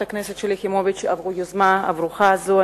הכנסת שלי יחימוביץ על היוזמה הברוכה הזאת.